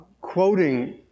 quoting